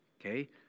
okay